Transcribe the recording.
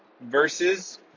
versus